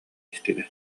истилэр